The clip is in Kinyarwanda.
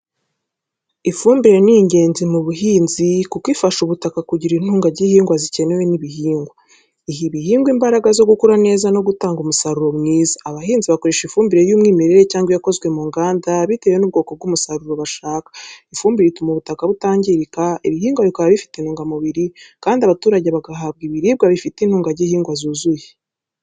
Ifumbire ni ngenzi mu buhinzi kuko ifasha ubutaka kugira intungagihingwa zikenewe n’ibihingwa. Iha ibihingwa imbaraga zo gukura neza no gutanga umusaruro mwiza. Abahinzi bakoresha ifumbire y’umwimerere cyangwa iyakozwe mu nganda, bitewe n’ubwoko bw’umusaruro bashaka. Ifumbire ituma ubutaka butangirika, ibihingwa bikaba bifite intungamubiri, kandi abaturage bagahabwa ibiribwa bifite intungagihingwa zuzuye.